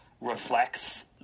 reflects